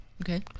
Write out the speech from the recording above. Okay